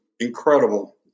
incredible